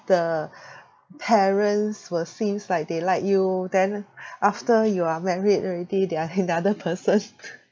the parents will seems like they like you then after you are married already they are another person